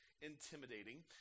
intimidating